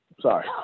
Sorry